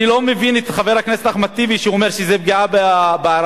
אני לא מבין את חבר הכנסת אחמד טיבי שאומר שזו פגיעה בערבים.